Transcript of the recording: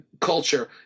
culture